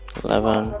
eleven